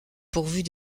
pourvus